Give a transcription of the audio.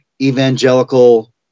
evangelical